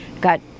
got